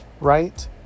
right